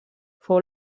fou